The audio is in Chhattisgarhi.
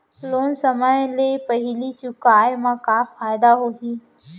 लोन समय ले पहिली चुकाए मा का फायदा होही?